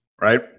Right